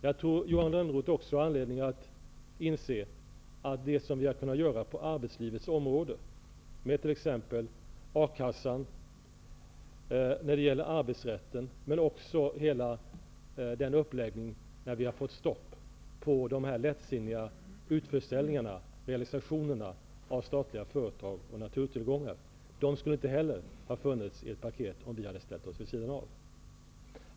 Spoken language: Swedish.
Jag tror att Johan Lönnroth även har anledning att inse att det som vi har kunnat göra på arbetslivets område när det gäller t.ex. a-kassan, arbetsrätten men även hela den uppläggning då vi har fått stopp på de lättsinniga utförsäljningarna, realisationerna, av statliga företag och naturtillgångar inte heller skulle ha funnits med i ett paket om vi hade ställt oss vid sidan av.